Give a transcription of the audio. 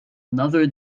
another